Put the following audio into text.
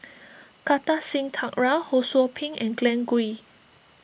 Kartar Singh Thakral Ho Sou Ping and Glen Goei